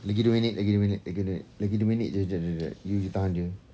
lagi dua minit lagi dua minit lagi dua minit lagi dua minit jap jap jap you boleh tahan jer